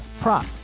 prop